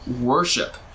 worship